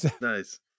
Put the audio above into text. nice